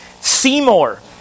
Seymour